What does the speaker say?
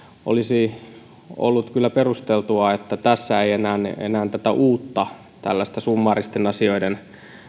olisi ollut kyllä perusteltua että tässä ei enää tällaista uutta summaaristen asioiden